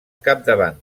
capdavant